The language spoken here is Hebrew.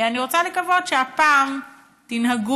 אני רוצה לקוות שהפעם תנהגו